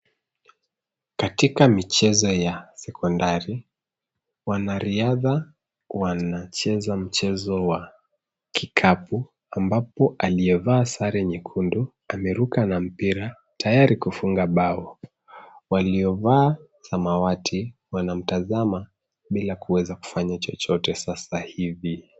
Katika michezo ya sekondari, wanariadha wanacheza mchezo wa kikapu ambapo aliyevaa sare nyekundu ameruka na mpira tayari kufunga bao. Waliovaa samawati wanamtazama bila kuweza kufanya chochote sasa hivi.